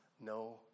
no